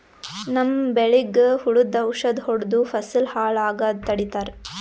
ನಮ್ಮ್ ಬೆಳಿಗ್ ಹುಳುದ್ ಔಷಧ್ ಹೊಡ್ದು ಫಸಲ್ ಹಾಳ್ ಆಗಾದ್ ತಡಿತಾರ್